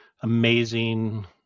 amazing